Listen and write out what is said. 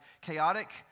chaotic